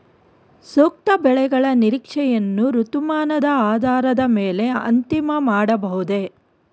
ಸೂಕ್ತ ಬೆಳೆಗಳ ನಿರೀಕ್ಷೆಯನ್ನು ಋತುಮಾನದ ಆಧಾರದ ಮೇಲೆ ಅಂತಿಮ ಮಾಡಬಹುದೇ?